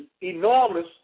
enormous